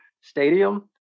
stadium